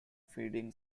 feeding